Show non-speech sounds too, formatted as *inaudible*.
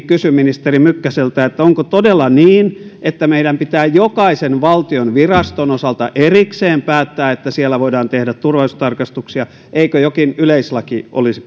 *unintelligible* kysyn ministeri mykkäseltä onko todella niin että meidän pitää jokaisen valtion viraston osalta erikseen päättää että siellä voidaan tehdä turvallisuustarkastuksia eikö jokin yleislaki olisi *unintelligible*